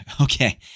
Okay